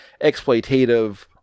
exploitative